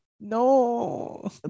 No